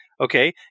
okay